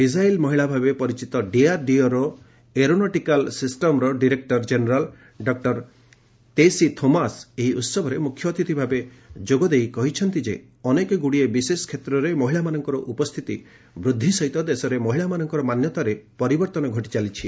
missile ମହିଳା ଭାବେ ପରିଚିତ ଡିଆର୍ଡିଓର aeronautical systems director general doctor Tessy Thomas ଏହି ଉହବରେ ମୁଖ୍ୟ ଅତିଥି ଭାବେ ଯୋଗଦେଇ କହିଛନ୍ତି ଅନେକଗୁଡ଼ିଏ ବିଶେଷ କ୍ଷେତ୍ରରେ ମହିଳାମାନଙ୍କର ଉପସ୍ଥିତି ବୃଦ୍ଧି ସହିତ ଦେଶରେ ମହିଳାମାନଙ୍କର ମାନ୍ୟତାରେ ପରିବର୍ତ୍ତନ ଘଟି ଚାଲିଛି